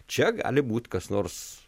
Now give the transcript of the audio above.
čia gali būti kas nors